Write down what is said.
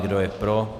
Kdo je pro?